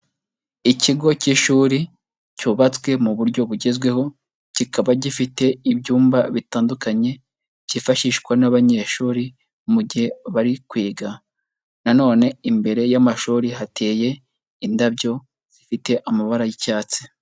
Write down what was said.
Ikigo cy'ishuri cyubatswe mu buryo bugezweho, kikaba gifite ibyumba bitandukanye, cyifashishwa n'abanyeshuri mu gihe bari kwiga. Na none imbere y'amashuri hateye indabyo zifite amabara y'icyatsi.